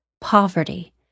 poverty